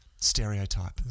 stereotype